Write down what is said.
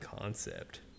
concept